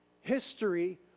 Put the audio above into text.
History